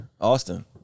Austin